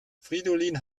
fridolin